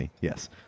Yes